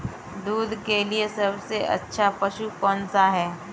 दूध के लिए सबसे अच्छा पशु कौनसा है?